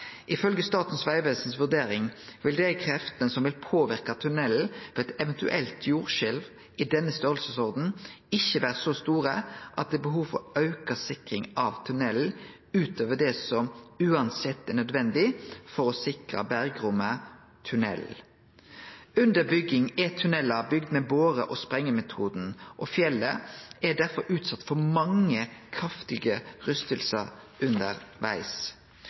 Statens vegvesens vurdering vil dei kreftene som vil påverke tunnelen ved eit eventuelt jordskjelv i denne storleiken, ikkje vere så store at det er behov for auka sikring av tunnelen utover det som uansett er nødvendig for å sikre bergrommet/tunnelen. Under bygging er tunnelar bygde med bore- og sprengemetoden, og fjellet er derfor utsett for mange kraftige